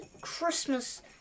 Christmas